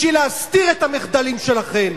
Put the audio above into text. בשביל להסתיר את המחדלים שלכם,